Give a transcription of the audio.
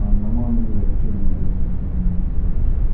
um my mom ended up killing that woman in front of me and my brothers.